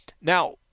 Now